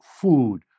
food